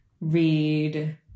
read